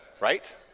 right